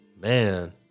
Man